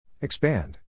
Expand